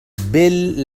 بيل